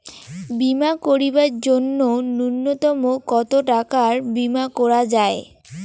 বীমা করিবার জন্য নূন্যতম কতো টাকার বীমা করা যায়?